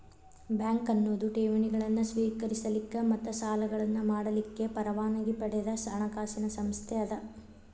bank ಅನ್ನೊದು ಠೇವಣಿಗಳನ್ನ ಸ್ವೇಕರಿಸಲಿಕ್ಕ ಮತ್ತ ಸಾಲಗಳನ್ನ ಮಾಡಲಿಕ್ಕೆ ಪರವಾನಗಿ ಪಡದ ಹಣಕಾಸಿನ್ ಸಂಸ್ಥೆ ಅದ